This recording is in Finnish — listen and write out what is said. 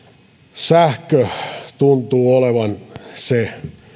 sähkö tuntuu olevan se